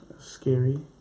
Scary